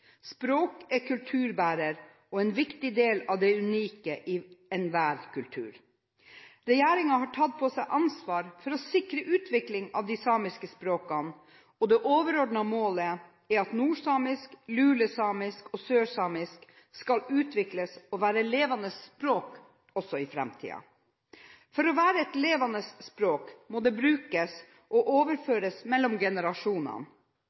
Språk er en kulturbærer og en viktig del av det unike i enhver kultur. Regjeringen har tatt på seg ansvaret for å sikre utviklingen av de samiske språkene, og det overordnede målet er at nordsamisk, lulesamisk og sørsamisk skal utvikles og være levende språk også i framtiden. For å være et levende språk må språket brukes og overføres mellom generasjonene.